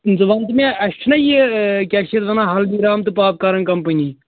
ژٕ وَنتہٕ مےٚ اَسہِ چھِناہ یہِ کیٛاہ چھِ اَتھ وَنان ہَلدی رام تہٕ پاپکارٕن کَمپٔنی